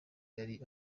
yari